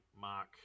Mark